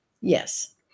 Yes